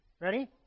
Ready